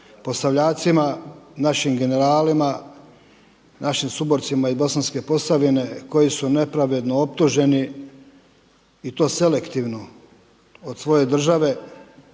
Posavljacima, našim generalima, našim suborcima iz Bosanske Posavine koji su nepravedno optuženi i to selektivno od svoje države